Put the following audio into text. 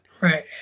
Right